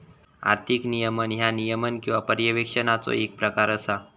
आर्थिक नियमन ह्या नियमन किंवा पर्यवेक्षणाचो येक प्रकार असा